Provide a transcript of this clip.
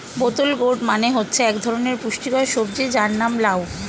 বোতল গোর্ড মানে হচ্ছে এক ধরনের পুষ্টিকর সবজি যার নাম লাউ